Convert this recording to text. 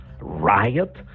riot